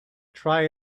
try